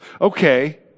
Okay